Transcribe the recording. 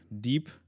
deep